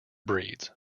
breeds